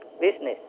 business